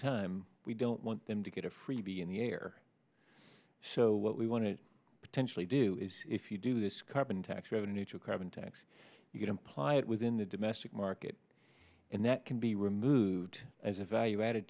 time we don't want them to get a freebie in the air so what we want to potentially do is if you do this carbon tax revenue neutral carbon tax you can imply it within the domestic market and that can be removed as a value added